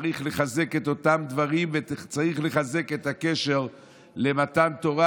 צריך לחזק את אותם דברים וצריך לחזק את הקשר למתן תורה,